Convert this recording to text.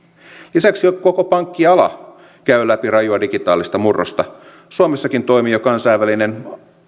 lisäksi koko pankkiala käy läpi rajua digitaalista murrosta suomessakin toimii jo kansainvälinen